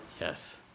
Yes